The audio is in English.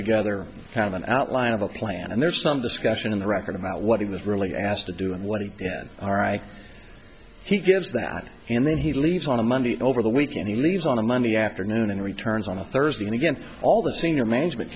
together a kind of an outline of a plan and there's some discussion in the record about what he was really asked to do and what he all right he gives that and then he leaves on a monday over the weekend he leaves on a monday afternoon and returns on a thursday and again all the senior management